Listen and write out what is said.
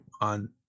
on